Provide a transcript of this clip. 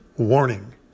warning